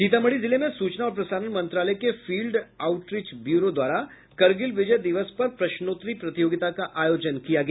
सीतामढ़ी जिले में सूचना और प्रसारण मंत्रालय के फील्ड आउटरिच ब्यूरो द्वारा करगिल विजय दिवस पर प्रश्नोत्तरी प्रतियोगिता का आयोजन किया गया